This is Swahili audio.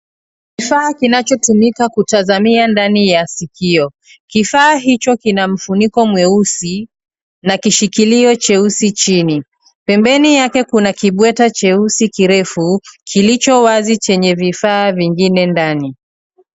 Kifaa kinachotumika kutazamia ndani ya sikio. Kifaa hicho kina mfuniko mweusi na kishikilio cheusi chini. Pembeni yake kuna kibweta cheusi kirefu kilicho wazi chenye vifaa vingine ndani.